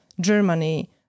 Germany